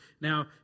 now